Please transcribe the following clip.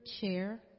chair